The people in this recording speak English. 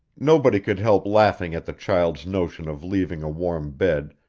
nobody could help laughing at the child's notion of leaving a warm bed,